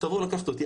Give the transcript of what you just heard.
תבואו לקחת אותי.